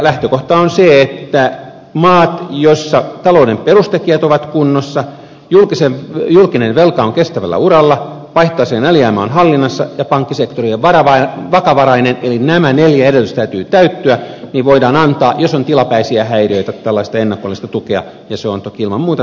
lähtökohta on se että maille joissa talouden perustekijät ovat kunnossa julkinen velka on kestävällä uralla vaihtotaseen alijäämä on hallinnassa ja pankkisektori on vakavarainen näiden neljän edellytyksen täytyy täyttyä voidaan antaa tällaista ennakollista tukea jos on tilapäisiä häiriöitä ja se on toki ilman muuta tarkoituksenmukaista